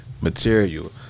material